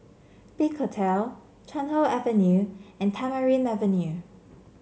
Big Hotel Chuan Hoe Avenue and Tamarind Avenue